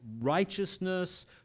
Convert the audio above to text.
righteousness